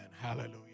Hallelujah